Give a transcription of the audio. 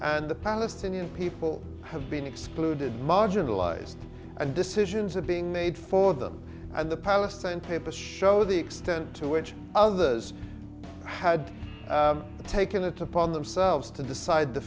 and the palestinian people have been excluded marginalized and decisions are being made for them and the palestine papers show the extent to which others had taken it upon themselves to decide the